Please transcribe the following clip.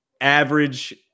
average